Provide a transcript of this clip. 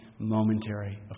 momentary